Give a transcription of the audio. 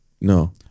No